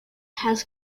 has